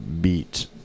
beat